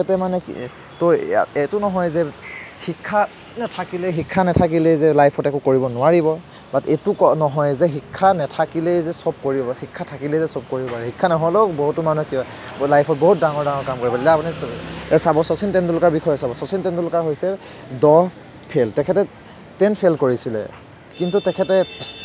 তেখেতে মানে কি তো ইয়াত এইটো নহয় যে শিক্ষা নাথাকিলে শিক্ষা নাথাকিলেই যে লাইফত একো কৰিব নোৱাৰিব বাত এইটোক নহয় যে শিক্ষা নাথাকিলে যে চব কৰিব শিক্ষা থাকিলেই যে চব কৰিব পাৰি শিক্ষা নহ'লেও বহুতো মানুহে কি হয় লাইফত বহুত ডাঙৰ ডাঙৰ কাম কৰিব এতিয়া আপুনিয়ে চাব শচীন তেণ্ডুলকাৰৰ বিষয়ে চাব শচীন তেণ্ডুলকাৰ হৈছে দহ ফেইল তেখেতে টেন ফেইল কৰিছিলে কিন্তু তেখেতে